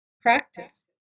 practice